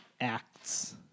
acts